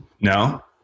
No